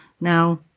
now